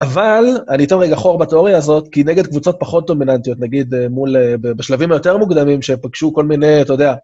אבל אני אתן רגע חור בתיאוריה הזאת, כי נגד קבוצות פחות דומיננטיות, נגיד מול אהה, בשלבים היותר מוקדמים, שפגשו כל מיני, אתה יודע...